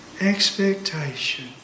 expectation